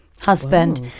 husband